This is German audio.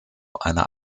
einer